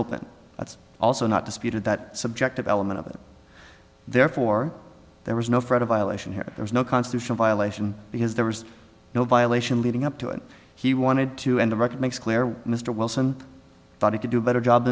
open that's also not disputed that subjective element of it therefore there was no fraud a violation here or there is no constitutional violation because there was no violation leading up to it he wanted to end the record makes clear mr wilson thought he could do a better job